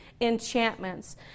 enchantments